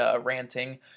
ranting